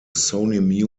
sony